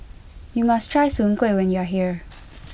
you must try soon Kuih when you are here